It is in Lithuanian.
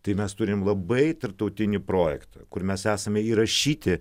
tai mes turime labai tarptautinį projektą kur mes esame įrašyti